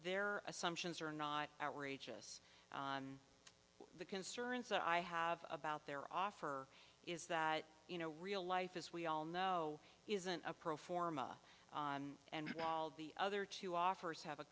their assumptions are not outrageous the concerns i have about their offer is that you know real life as we all know isn't a pro forma and all the other two offers